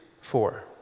four